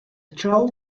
child